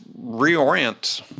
reorient